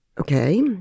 Okay